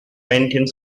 painted